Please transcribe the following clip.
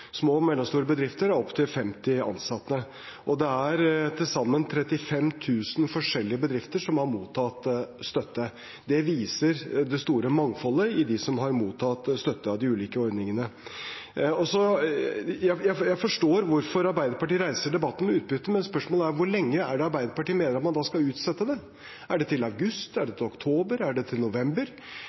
Små og mellomstore bedrifter har opptil 50 ansatte, og det er til sammen 35 000 forskjellige bedrifter som har mottatt støtte. Det viser det store mangfoldet blant dem som har mottatt støtte fra de ulike ordningene. Jeg forstår hvorfor Arbeiderpartiet reiser debatten om utbytte, men spørsmålet er hvor lenge Arbeiderpartiet mener at man skal utsette det. Er det til august? Er det til oktober? Er det til november?